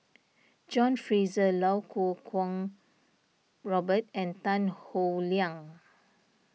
John Fraser Iau Kuo Kwong Robert and Tan Howe Liang